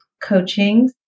coaching